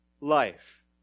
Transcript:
life